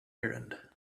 errand